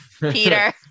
Peter